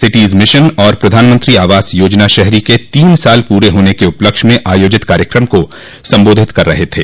cities mission और प्रधानमंत्री आवास योजना शहरो के तीन साल पूरे होने के उपलक्ष्य में आयोजित कार्यक्रम को संबोधित कर रहे थे